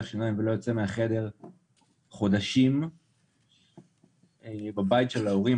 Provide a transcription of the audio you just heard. שיניים ולא יוצא מהחדר חודשים בבית של ההורים,